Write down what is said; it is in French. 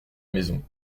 maison